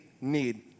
need